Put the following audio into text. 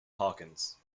hawkins